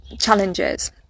challenges